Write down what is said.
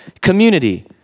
community